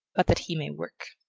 but that he may work.